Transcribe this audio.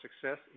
success